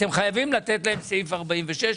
אתם חייבים לתת להם אישור לפי סעיף 46,